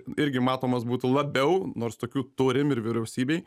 irgi matomos būtų labiau nors tokių turim ir vyriausybėj